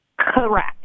Correct